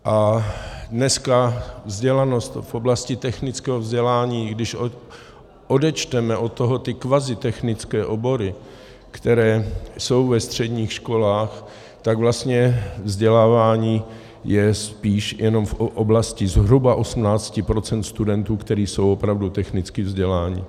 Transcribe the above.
A dneska vzdělanost v oblasti technického vzdělání, i když odečteme od toho ty kvazitechnické obory, které jsou ve středních školách, tak vlastně vzdělávání je spíš jenom v oblasti zhruba 18 % studentů, kteří jsou opravdu technicky vzděláni.